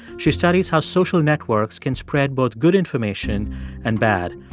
she studies how social networks can spread both good information and bad.